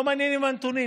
לא מעניינים הנתונים.